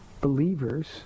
believers